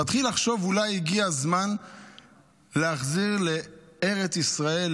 נתחיל לחשוב: אולי הגיע הזמן להחזיר לארץ ישראל,